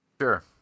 Sure